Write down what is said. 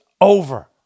over